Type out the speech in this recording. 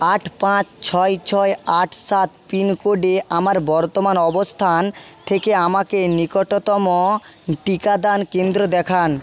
আট পাঁচ ছয় ছয় আট সাত পিনকোডে আমার বর্তমান অবস্থান থেকে আমাকে নিকটতম টিকাদান কেন্দ্র দেখান